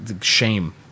shame